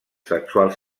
sexuals